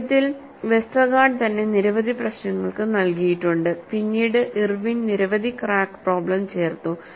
സത്യത്തിൽവെസ്റ്റർഗാർഡ് തന്നെ നിരവധി പ്രശ്നങ്ങൾക്ക് നൽകിയിട്ടുണ്ട് പിന്നീട് ഇർവിൻ നിരവധി ക്രാക്ക് പ്രോബ്ലം ചേർത്തു